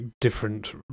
different